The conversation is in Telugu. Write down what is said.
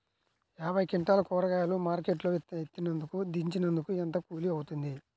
యాభై క్వింటాలు కూరగాయలు మార్కెట్ లో ఎత్తినందుకు, దించినందుకు ఏంత కూలి అవుతుంది?